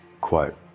quote